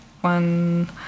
one